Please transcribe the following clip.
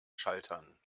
schaltern